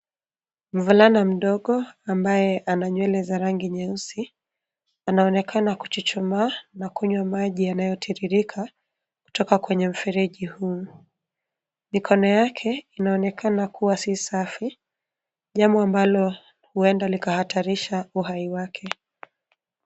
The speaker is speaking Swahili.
Mvulana mdogo ambaye ana nywele za rangi nyeusi anaonekana kuchuchuma na kunywa maji yanoyotiririka kutoka kwenye mfereji huu. Mikono yake inaonekana kuwa si safi jambo ambalo huenda likahatarisha uhai wake.